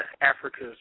Africa's